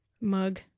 mug